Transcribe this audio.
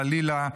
חלילה,